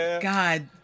God